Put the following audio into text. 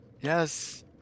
Yes